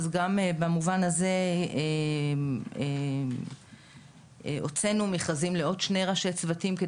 אז גם במובן הזה הוצאנו מכרזים לעוד שני ראשי צוותים,